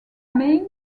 main